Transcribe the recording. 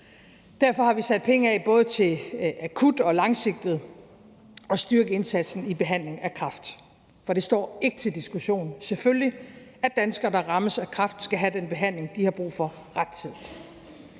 Derfor har vi sat penge af til både akut og langsigtet at styrke indsatsen i behandlingen af kræft. For det står ikke til diskussion, at danskere, der rammes af kræft, selvfølgelig skal have den behandling, de har brug for, rettidigt.